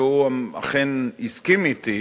והוא אכן הסכים אתי